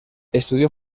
estudió